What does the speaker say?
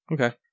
Okay